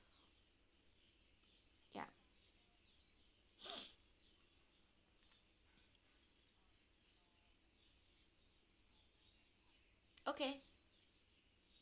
ya okay